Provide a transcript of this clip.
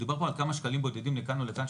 מדובר פה על כמה שקלים בודדים לכאן ולכאן,